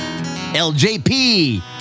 LJP